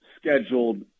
scheduled